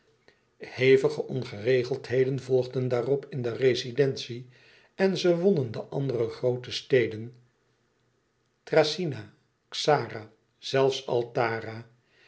hevige ongeregeldheden volgden daarop in de rezidentie en ze wonnen de andere groote steden thracyna xara zelfs altara